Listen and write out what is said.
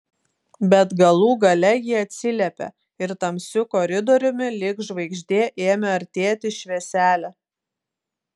bet galų gale ji atsiliepė ir tamsiu koridoriumi lyg žvaigždė ėmė artėti švieselė